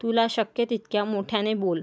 तुला शक्य तितक्या मोठ्याने बोल